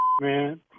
man